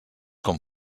com